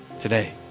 today